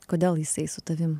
kodėl jisai su tavim